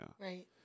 Right